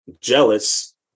jealous